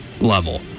level